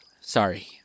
sorry